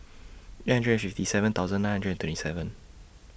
eight hundred fifty seven thousand nine hundred and twenty seven